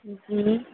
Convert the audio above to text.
जी